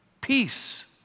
peace